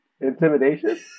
Intimidation